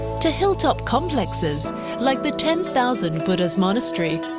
to hilltop complexes like the ten thousand buddhas monastery.